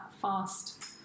fast